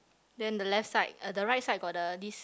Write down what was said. then the left side uh the right side got the this